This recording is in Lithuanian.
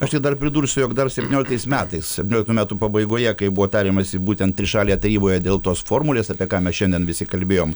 aš tik dar pridursiu jog dar septynioliktais metais septynioliktų metų pabaigoje kai buvo tariamasi būtent trišalėje taryboje dėl tos formulės apie ką mes šiandien visi kalbėjom